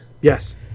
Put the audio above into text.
Yes